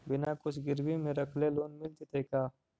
बिना कुछ गिरवी मे रखले लोन मिल जैतै का?